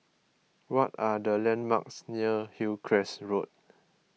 what are the landmarks near Hillcrest Road